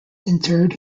interred